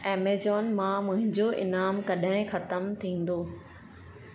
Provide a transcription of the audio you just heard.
Amazon मां मुंहिंजो इनाम कॾहिं ख़तमु थींदो